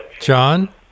John